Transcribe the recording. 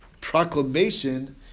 proclamation